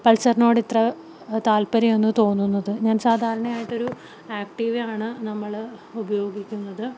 പൾസറിനോട് ഇത്ര താല്പര്യം എന്ന് തോന്നുന്നത് ഞാൻ സാധാരണയായിട്ടൊരു ആക്റ്റീവ ആണ് നമ്മൾ ഉപയോഗിക്കുന്നത്